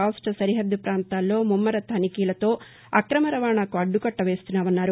రాష్ట సరిహద్గు పాంతాల్లో ముమ్మర తనిఖీలతో అక్రమ రవాణాకు అడ్డుకట్ట వేస్తున్నామన్నారు